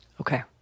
Okay